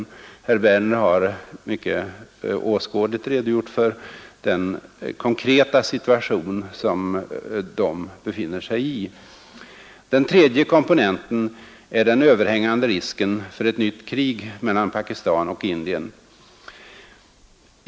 Herr Werner har mycket åskådligt redogjort för den konkreta situation som de befinner sig i. Den tredje komponenten är den överhängande risken för ett nytt krig mellan Pakistan och Indien.